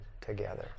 together